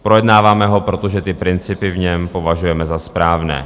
Projednáváme ho proto, že principy v něm považujeme za správné.